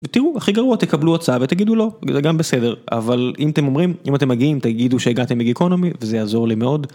ותראו הכי גרוע תקבלו הצעה ותגידו לו זה גם בסדר אבל אם אתם אומרים אם אתם מגיעים תגידו שהגעתם מגיקונומי וזה יעזור לי מאוד.